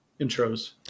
intros